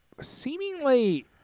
seemingly